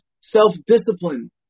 self-discipline